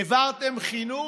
העברתם חינוך?